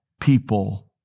people